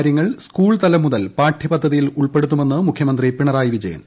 കാര്യങ്ങൾ സ്കൂൾതലം മുതൽ പാഠ്യപദ്ധതിയിൽ ഉൾപ്പെടുത്തുമെന്ന് മുഖ്യമന്ത്രി പിണറായി വിജയൻ